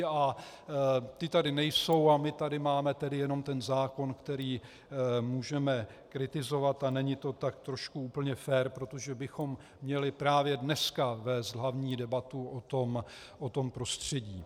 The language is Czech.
A ti tady nejsou a my tady máme tedy jenom ten zákon, který můžeme kritizovat, a není to tak trošku úplně fér, protože bychom měli právě dneska vést hlavní debatu o tom prostředí.